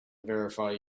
verify